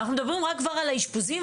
אנחנו מדברים רק על האשפוזים,